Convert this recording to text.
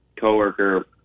Co-worker